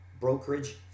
brokerage